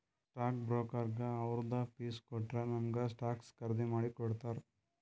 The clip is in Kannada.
ಸ್ಟಾಕ್ ಬ್ರೋಕರ್ಗ ಅವ್ರದ್ ಫೀಸ್ ಕೊಟ್ಟೂರ್ ನಮುಗ ಸ್ಟಾಕ್ಸ್ ಖರ್ದಿ ಮಾಡಿ ಕೊಡ್ತಾರ್